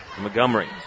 Montgomery